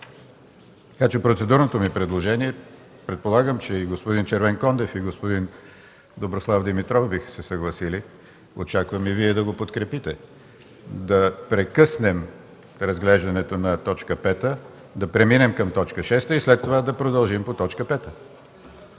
Процедурното ми предложение е, предполагам, че господин Червенкондев и господин Доброслав Димитров биха се съгласили, очаквам и Вие да го подкрепите, да прекъснем разглеждането на т. 5, да преминем към т. 6 и след това да продължим по т. 5.